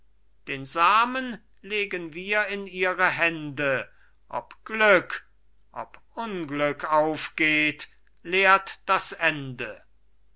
den samen legen wir in ihre hände ob glück ob unglück aufgeht lehrt das ende